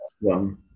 one